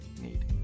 need